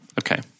Okay